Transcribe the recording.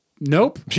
Nope